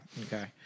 Okay